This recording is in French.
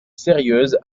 sérieuse